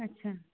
আচ্ছা